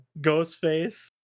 Ghostface